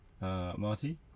Marty